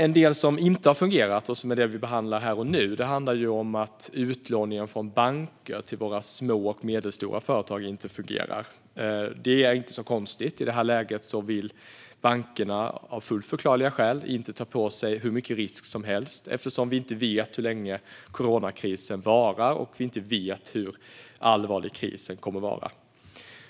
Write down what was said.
En del som inte har fungerat och som vi behandlar här och nu handlar om att utlåningen från banker till våra små och medelstora företag inte fungerar. Det är inte så konstigt. I detta läge vill bankerna av fullt förklarliga skäl inte ta på sig hur mycket risk som helst eftersom vi inte vet hur länge coronakrisen kommer att vara eller hur allvarlig den blir.